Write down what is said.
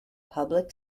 public